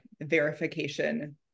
verification